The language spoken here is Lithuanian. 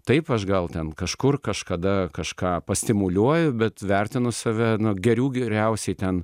taip aš gal ten kažkur kažkada kažką pastimuliuoju bet vertinu save na gerų geriausiai ten